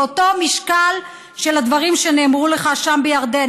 באותו משקל של הדברים שנאמרו לך שם בירדן.